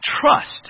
trust